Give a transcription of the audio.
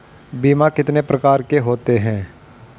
बीमा कितने प्रकार के होते हैं?